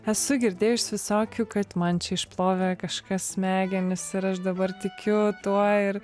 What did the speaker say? esu girdėjus visokių kad man čia išplovė kažkas smegenis ir aš dabar tikiu tuo ir